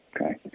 okay